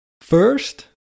First